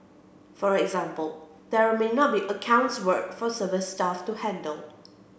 for example there may not be accounts work for service staff to handle